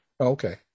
Okay